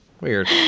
weird